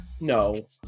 No